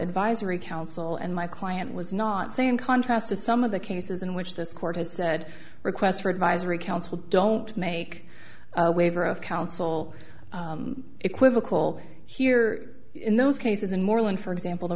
advisory council and my client was not say in contrast to some of the cases in which this court has said requests for advisory council don't make waiver of counsel equivocal here in those cases and moreland for example the